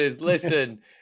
Listen